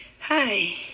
Hi